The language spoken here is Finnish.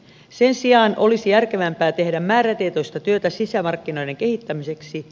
sen sijaan olisi järkevämpää tehdä määrätietoista työtä sisämarkkinoiden kehittämiseksi